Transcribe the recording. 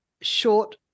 short